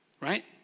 right